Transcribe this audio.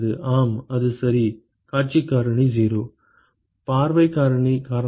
ஆம் அது சரி காட்சி காரணி 0